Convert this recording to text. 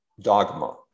dogma